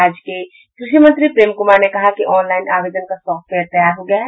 राज्य के कृषि मंत्री प्रेम कुमार ने बताया कि ऑनलाइन आवेदन का सॉफ्टवेयर तैयार हो गया है